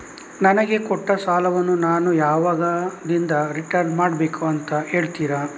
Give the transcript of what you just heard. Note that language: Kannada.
ನನಗೆ ಕೊಟ್ಟ ಸಾಲವನ್ನು ನಾನು ಯಾವಾಗದಿಂದ ರಿಟರ್ನ್ ಮಾಡಬೇಕು ಅಂತ ಹೇಳ್ತೀರಾ?